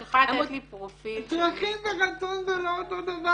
את יכולה לתת לי פרופיל -- צרכים ורצון זה לא אותו דבר.